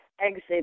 exit